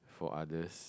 for others